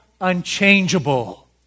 unchangeable